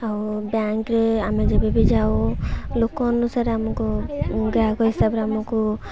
ଆଉ ବ୍ୟାଙ୍କରେ ଆମେ ଯେବେ ବି ଯାଉ ଲୋକ ଅନୁସାରେ ଆମକୁ ଗ୍ରାହକ ହିସାବରେ ଆମକୁ